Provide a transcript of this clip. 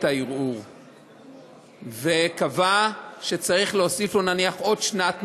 הערעור וקבע שצריך להוסיף לו נניח עוד שנת מאסר,